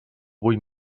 avui